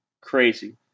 crazy